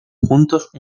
juntos